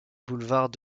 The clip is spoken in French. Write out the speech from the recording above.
boulevard